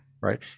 Right